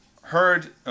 Heard